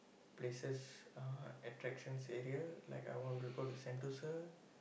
places uh attractions area like a while we go to Sentosa